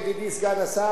ידידי סגן השר,